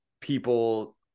people